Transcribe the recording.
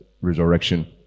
resurrection